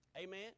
amen